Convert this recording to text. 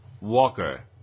Walker